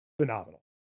Phenomenal